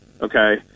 okay